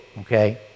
okay